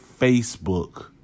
Facebook